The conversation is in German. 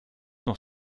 noch